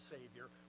Savior